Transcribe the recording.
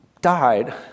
died